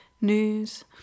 news